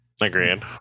Agreed